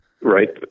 Right